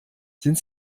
sind